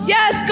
Yes